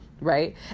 right